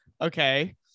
Okay